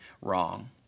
wrong